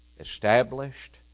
established